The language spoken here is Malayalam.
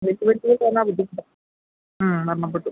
വലിയ വണ്ടിയൊക്കെ വന്നാൽ ബുദ്ധിമുട്ടാണ് ആ മരണപ്പെട്ടു